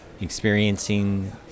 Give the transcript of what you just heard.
experiencing